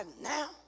now